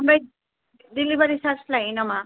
ओमफ्राय delivery charge लायो नामा